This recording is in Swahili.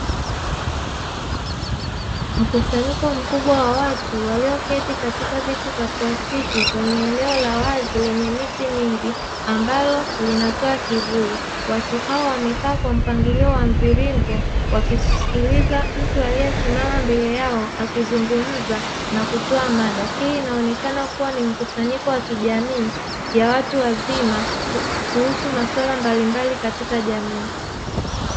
Mkusanyiko mkubwa wa watu walioketi katika viti vya plastiki, kwenye eneo la wazi lenye miti mingi ambalo linatoa kivuli. Watu hao wamekaa kwa mpangilio wa mviringo wakisikiliza mtu aliyesimama mbele yao, akizungumza na kutoa mada. Hii inaonekana kuwa ni mkusanyiko wa kijamii ya watu wazima kuhusu masuala mbalimbali katika jamii.